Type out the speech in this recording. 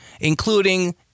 including